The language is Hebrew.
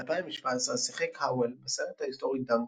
ב-2017 שיחק האוול בסרט ההיסטורי "דנקרק",